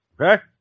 Okay